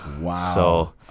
Wow